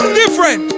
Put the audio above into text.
different